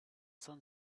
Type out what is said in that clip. sun